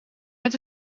net